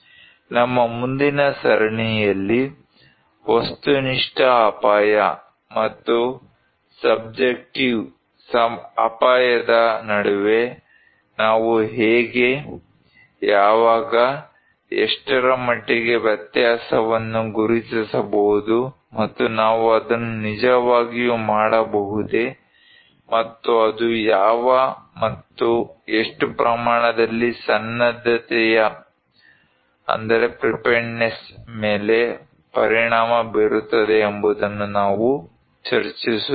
ನಮ್ಮ ಮುಂದಿನ ಸರಣಿಯಲ್ಲಿ ವಸ್ತುನಿಷ್ಠ ಅಪಾಯ ಮತ್ತು ಸಬ್ಜೆಕ್ಟಿವ್ ಅಪಾಯದ ನಡುವೆ ನಾವು ಹೇಗೆ ಯಾವಾಗ ಎಷ್ಟರ ಮಟ್ಟಿಗೆ ವ್ಯತ್ಯಾಸವನ್ನು ಗುರುತಿಸಬಹುದು ಮತ್ತು ನಾವು ಅದನ್ನು ನಿಜವಾಗಿಯೂ ಮಾಡಬಹುದೇ ಮತ್ತು ಅದು ಯಾವ ಮತ್ತು ಎಷ್ಟು ಪ್ರಮಾಣದಲ್ಲಿ ಸನ್ನದ್ಧತೆಯ ಮೇಲೆ ಪರಿಣಾಮ ಬೀರುತ್ತದೆ ಎಂಬುದನ್ನು ನಾವು ಚರ್ಚಿಸುತ್ತೇವೆ